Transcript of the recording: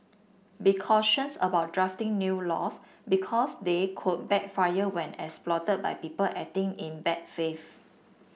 be cautious about drafting new laws because they could backfire when exploited by people acting in bad faith